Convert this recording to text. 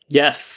yes